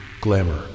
Glamour